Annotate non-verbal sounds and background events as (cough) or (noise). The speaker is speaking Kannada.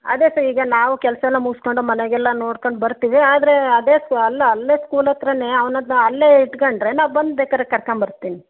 ಅದೆ ಸರ್ ಈಗ ನಾವು ಕೆಲಸ ಎಲ್ಲ ಮುಗಿಸ್ಕೊಂಡು ಮನೆಗೆಲ್ಲ ನೋಡ್ಕಂಡು ಬರ್ತೀವಿ ಆದ್ರೆ ಅದೇ (unintelligible) ಅಲ್ಲ ಅಲ್ಲೆ ಸ್ಕೂಲ್ ಹತ್ರನೇ ಅವ್ನು ಅದನ್ನ ಅಲ್ಲೆ ಇಟ್ಕೊಂಡ್ರೆ ನಾವು ಬಂದು ಬೇಕಾದ್ರೆ ಕರ್ಕಂಬರ್ತಿನಿ